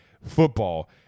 football